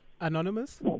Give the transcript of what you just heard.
Anonymous